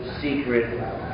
secret